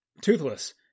toothless